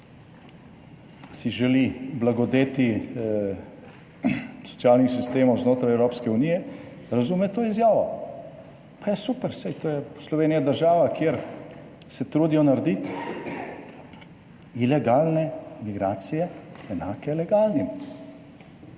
si želi blagodeti socialnih sistemov znotraj Evropske unije, razume to izjavo? Pa je super, saj to je Slovenija država, kjer se trudijo narediti ilegalne migracije enake legalnim,